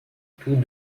tous